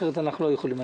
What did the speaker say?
אחרת אנחנו לא יכולים.